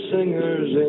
singers